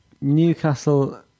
Newcastle